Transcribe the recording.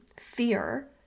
fear